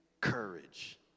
courage